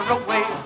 away